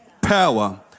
power